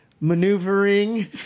maneuvering